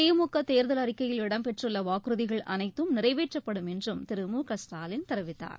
திமுக தேர்தல் அறிக்கையில் இடம்பெற்றுள்ள வாக்குறுதிகள் அனைத்தும் நிறைவேற்றப்படும் என்றும் திரு மு க ஸ்டாலின் தெரிவித்தார்